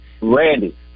Randy